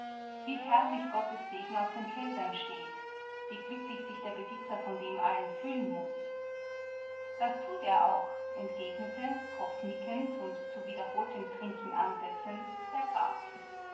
wie herrlich gottes segen auf den feldern steht wie glücklich sich der besitzer von dem allen fühlen muß das tut er auch entgegnete kopfnickend und zu wiederholtem trinken ansetzend der graf